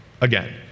again